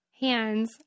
hands